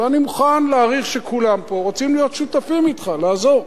ואני מוכן להעריך שכולם פה רוצים להיות שותפים אתך לעזור.